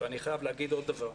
אני חייב להגיד עוד דבר.